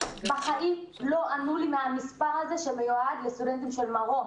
בחיים לא ענו לי במספר הזה שמיועד לסטודנטים של מרום.